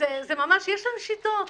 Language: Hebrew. להם שיטות.